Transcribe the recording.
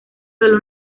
solo